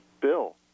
bill